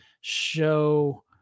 show